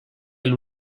alla